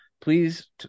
Please